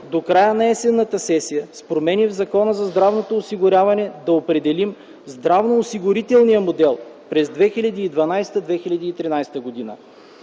до края на есенната сесия с промени в Закона за здравното осигуряване да определим здравноосигурителния модел през 2012-2013 г.,